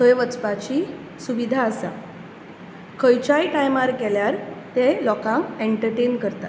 थंय वचपाची सुविधा आसा खंयच्याय टायमार गेल्यार ते लोकांक एन्टरटेन करतात